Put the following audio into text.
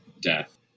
death